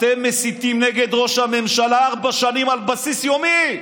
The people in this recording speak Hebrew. אתם מסיתים נגד ראש הממשלה ארבע שנים על בסיס יומי.